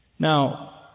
Now